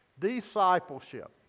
Discipleship